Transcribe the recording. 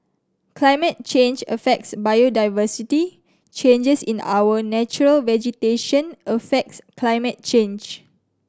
climate change affects biodiversity changes in our natural vegetation affects climate change